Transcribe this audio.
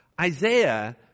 Isaiah